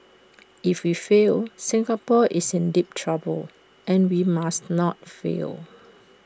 if we fail Singapore is in deep trouble and we must not fail